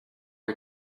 are